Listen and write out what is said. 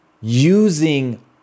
using